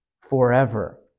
forever